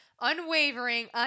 unwavering